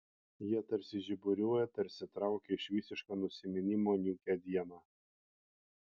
jie tarsi žiburiuoja tarsi traukia iš visiško nusiminimo niūkią dieną